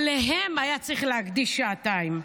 להם היה צריך להקדיש שעתיים.